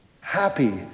Happy